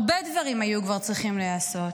הרבה דברים כבר היו צריכים להיעשות: